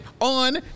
on